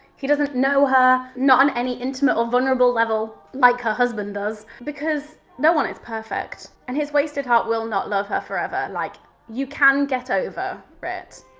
he doesn't know her, not on any intimate or vulnerable level like her husband does. because no one is perfect and his wasted heart will not love her forever. like you can get over it.